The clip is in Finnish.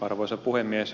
arvoisa puhemies